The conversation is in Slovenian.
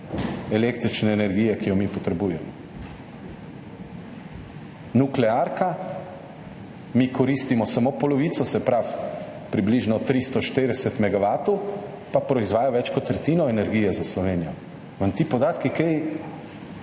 električne energije, ki jo mi potrebujemo. Nuklearka, mi koristimo samo polovico, se pravi približno 340 megavatov, proizvaja pa več kot tretjino energije za Slovenijo. Vam ti podatki dajo